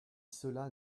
cela